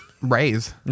raise